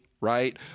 right